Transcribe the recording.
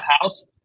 house